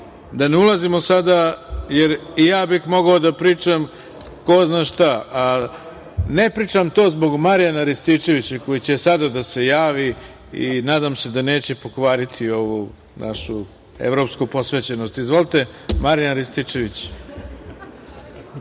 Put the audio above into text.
da ne ulazimo sada, jer i ja bih mogao da pričam ko zna šta, a ne pričam to zbog Marijana Rističevića, koji će sada da se javi i nadam se da neće pokvariti ovu našu evropsku posvećenost. Izvolite, Marijan Rističević. Prijavite